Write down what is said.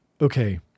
okay